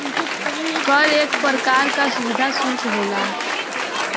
कर एक परकार का सुविधा सुल्क होला